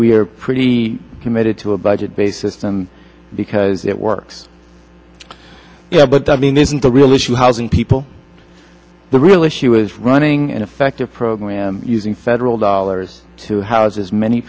are pretty committed to a budget based system because it works you know but i mean isn't the real issue housing people the real issue is running an effective program using federal dollars to house as many